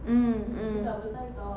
mm mm